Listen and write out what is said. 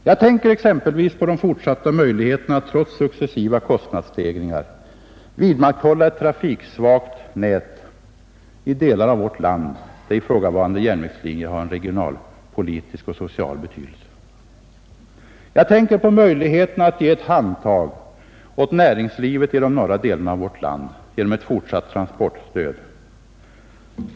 Jag tänker exempelvis på de fortsatta möjligheterna att trots successiva kostnadsstegringar vidmakthålla ett trafiksvagt nät i delar av vårt land, där järnvägstrafiken har en regionalpolitisk och social betydelse. Jag tänker på möjligheten att ge ett handtag åt näringslivet i de norra delarna av vårt land genom ett fortsatt transportstöd.